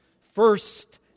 First